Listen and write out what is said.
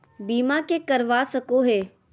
बीमा के करवा सको है?